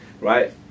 right